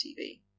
TV